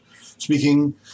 speaking